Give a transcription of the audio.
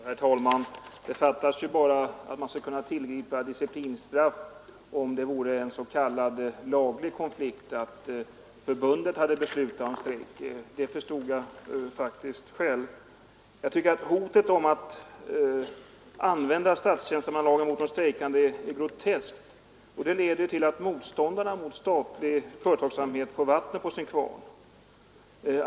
Herr talman! Det fattas bara att man skulle kunna tillgripa disciplinstraff, om det vore en s.k. laglig konflikt och förbundet hade beslutat om strejken. Det förstod jag faktiskt själv. Jag tycker att hotet om att använda statstjänstemannalagen mot de strejkande är groteskt. Det leder till att motståndare till statlig företagsamhet får vatten på sin kvarn.